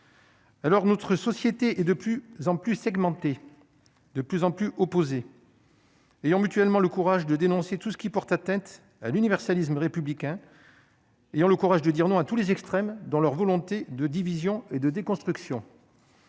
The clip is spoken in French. Alors, notre société est de plus en plus segmenté, de plus en plus opposés. Ayons mutuellement le courage de dénoncer tout ce qui porte atteinte à l'universalisme républicain. Il y a le courage de dire non à tous les extrêmes dans leur volonté de division et de déconstruction.